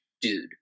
dude